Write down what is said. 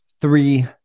three